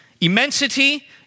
Immensity